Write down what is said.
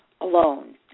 alone